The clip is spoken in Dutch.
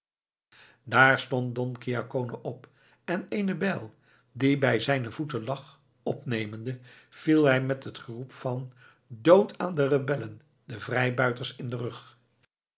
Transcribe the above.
daar stond don ciaccone op en eene bijl die bij zijne voeten lag opnemende viel hij met het geroep van dood aan de rebellen de vrijbuiters in den rug